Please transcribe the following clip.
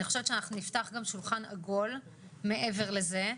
אני חושבת שאנחנו נפתח גם שולחן עגול מעבר לזה,